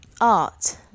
Art